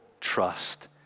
trust